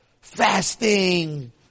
fasting